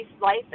life